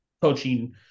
coaching